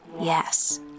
Yes